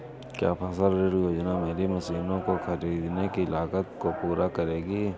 क्या फसल ऋण योजना मेरी मशीनों को ख़रीदने की लागत को पूरा करेगी?